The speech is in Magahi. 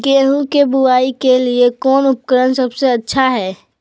गेहूं के बुआई के लिए कौन उपकरण सबसे अच्छा है?